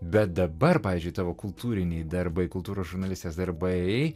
bet dabar pavyzdžiui tavo kultūriniai darbai kultūros žurnalistės darbai